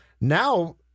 Now